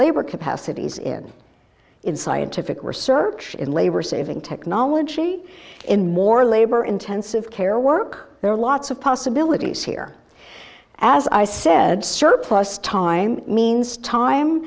labor capacities in scientific research in labor saving technology in more labor intensive care work there are lots of possibilities here as i said surplus time means time